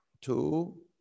two